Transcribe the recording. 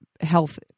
health